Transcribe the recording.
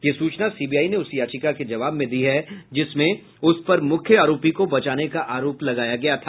यह सूचना सीबीआई ने उस याचिका के जवाब में दी है जिसमें उस पर मुख्य आरोपी को बचाने का आरोप लगाया गया था